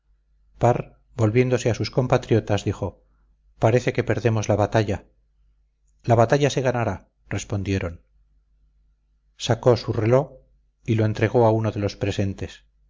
volviéndose a sus compatriotas dijo parece que perdemos la batalla la batalla se ganará le respondieron sacó su reló y lo entregó a uno de los presentes